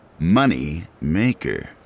Moneymaker